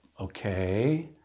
Okay